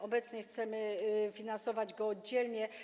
Obecnie chcemy finansować go oddzielnie.